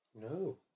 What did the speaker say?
No